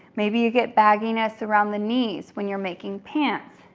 maybe you get bagginess around the knees when you're making pants,